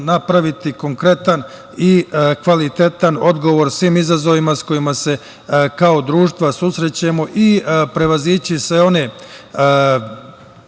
napraviti konkretan i kvalitetan odgovor svim izazovima sa kojima se kao društvo susrećemo i prevazići sve one